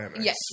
Yes